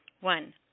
one